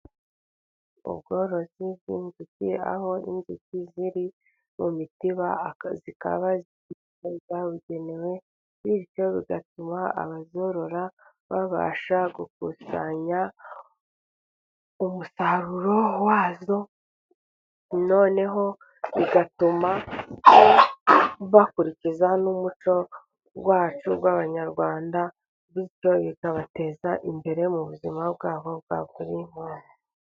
Ubworozi bw'inzuki, aho inzuki ziri mu mitiba zikaba zabugenewe, bityo bigatuma abazorora babasha gukusanya umusaruro wazo, noneho bigatuma bakurikiza n'umuco wacu w'abanyarwanda bityo bikabateza imbere mu buzima bwabo bwa buri munsi.